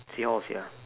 seahorse ya